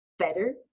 better